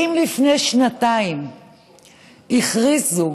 אם לפני שנתיים הכריזו